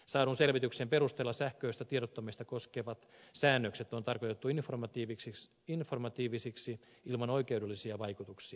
saadun selvityksen perusteella sähköistä tiedottamista koskevat säännökset on tarkoitettu informatiivisiksi ilman oikeudellisia vaikutuksia